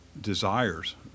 desires